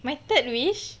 my third wish